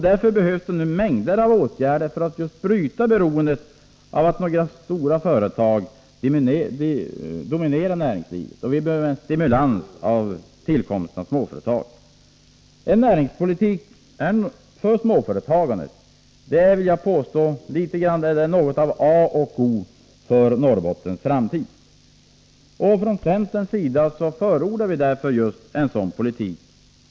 Därför behövs nu mängder av åtgärder för att bryta beroendet av några få stora företag som dominerar näringslivet och för att stimulera tillkomsten av småföretag. En näringspolitik för småföretagandet är något av A och O för Norrbottens framtid. Centern förordar därför en sådan politik.